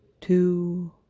two